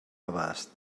abast